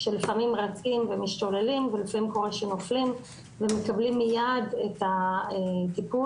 שלפעמים רצים ומשתוללים ולפעמים קורה שנופלים ומקבלים מיד את הטיפול.